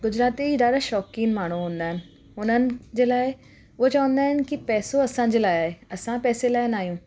गुजराती ॾाढा शौंक़ीनु माण्हू हूंदा आहिनि हुननि जे लाइ उहे चवंदा आहिनि की पैसो असांजे लाइ आहे असां पैसे लाइ न आहियूं